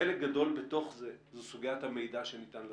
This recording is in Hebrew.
חלק גדול בתוך זה, זו סוגיית המידע שניתן לציבור.